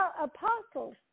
apostles